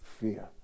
fear